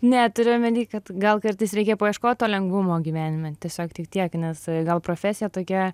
ne turiu omeny kad gal kartais reikia paieškot to lengvumo gyvenime tiesiog tik tiek nes gal profesija tokia